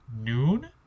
noon